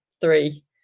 three